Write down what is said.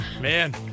Man